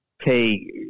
pay